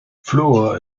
fluor